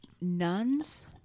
nuns